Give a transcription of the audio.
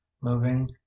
moving